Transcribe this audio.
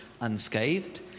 unscathed